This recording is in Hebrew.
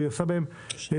והיא עושה בהם שינויים.